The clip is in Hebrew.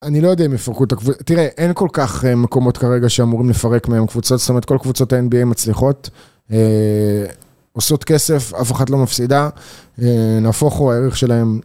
אני לא יודע אם יפרקו את הקבוצה, תראה, אין כל כך מקומות כרגע שאמורים לפרק מהם קבוצות, זאת אומרת כל קבוצות ה NBA מצליחות. עושות כסף, אף אחת לא מפסידה, נהפוכו הערך שלהם.